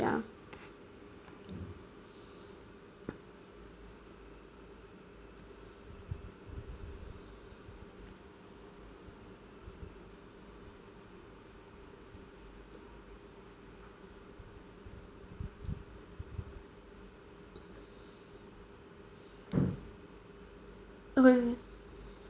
ya okay okay